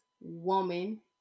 woman